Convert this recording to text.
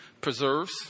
preserves